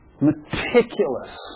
meticulous